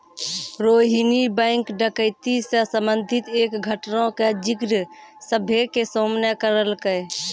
Rohini bank डकैती से संबंधित एक घटना के जिक्र सभ्भे के सामने करलकै